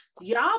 Y'all